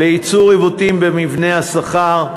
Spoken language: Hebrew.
לייצור עיוותים במבנה השכר,